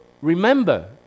remember